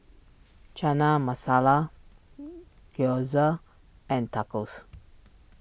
Chana Masala Gyoza and Tacos